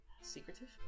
secretive